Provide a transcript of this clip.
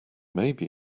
maybe